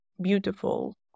beautiful